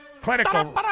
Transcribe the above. clinical